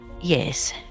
Yes